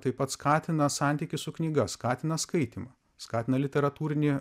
taip pat skatina santykį su knyga skatina skaitymą skatina literatūrinį